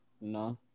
No